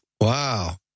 wow